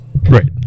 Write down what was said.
Right